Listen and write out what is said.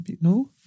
No